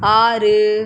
ஆறு